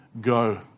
go